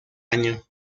año